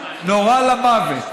נורה למוות.